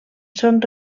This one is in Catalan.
són